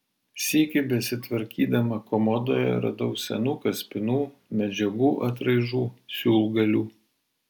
sykį besitvarkydama komodoje radau senų kaspinų medžiagų atraižų siūlgalių